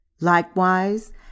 Likewise